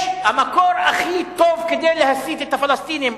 המקור הכי טוב כדי להסית את הפלסטינים,